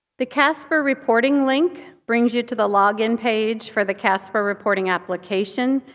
the casper reporting link brings you to the login page for the casper reporting application,